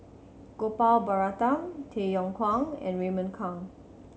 Gopal Baratham Tay Yong Kwang and Raymond Kang